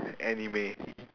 anime